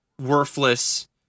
worthless